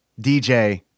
DJ